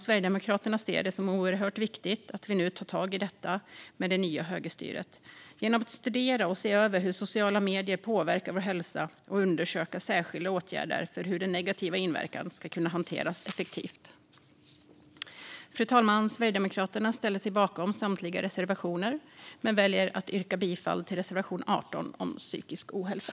Sverigedemokraterna ser det som oerhört viktigt att vi nu med det nya högerstyret tar tag i detta genom att studera och se över hur sociala medier påverkar vår hälsa och undersöka särskilda åtgärder så att den negativa inverkan ska kunna hanteras effektivt. Fru talman! Sverigedemokraterna ställer sig bakom samtliga reservationer men väljer att yrka bifall endast till reservation 18 om psykisk ohälsa.